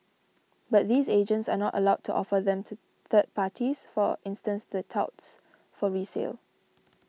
but these agents are not allowed to offer them to third parties for instance the touts for resale